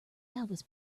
elvis